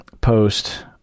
post